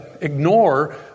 ignore